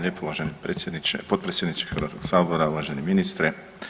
Hvala vam lijepo uvaženi potpredsjedniče Hrvatskog sabora, uvaženi ministre.